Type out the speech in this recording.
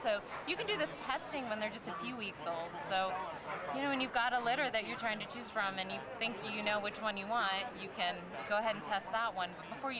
so you can do the testing when they're just a few weeks so you know when you've got a letter that you're trying to choose from any think you know which one you want you can go ahead and talk about one